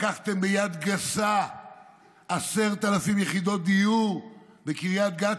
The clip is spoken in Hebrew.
לקחתם ביד גסה 10,000 יחידות דיור בקריית גת,